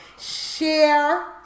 Share